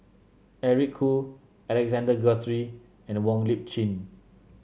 Eric Khoo Alexander Guthrie and Wong Lip Chin